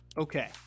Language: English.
Okay